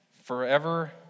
Forever